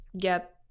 get